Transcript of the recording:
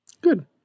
Good